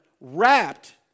wrapped